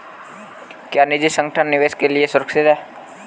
क्या निजी संगठन निवेश के लिए सुरक्षित हैं?